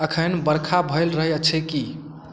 एखनि बरखा भैल रहै अछि की